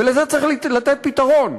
ולזה צריך לתת פתרון.